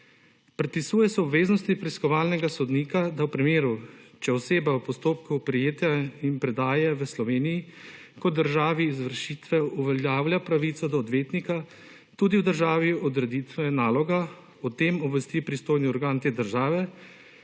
Predpisuje se obveznosti preiskovalnega sodnika, da v primeru, če oseba v postopku prejetja in predaje v Sloveniji kot državi izvršitve uveljavlja pravico do odvetnika, tudi v državi odreditve naloga, o tem obvesti pristojni organ te države,